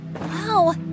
Wow